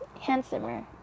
handsomer